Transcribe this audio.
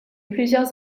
plusieurs